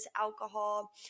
alcohol